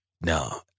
no